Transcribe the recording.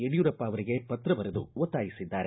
ಯಡಿಯೂರಪ್ಪ ಅವರಿಗೆ ಪತ್ರ ಬರೆದು ಒತ್ತಾಯಿಸಿದ್ದಾರೆ